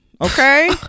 okay